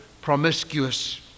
promiscuous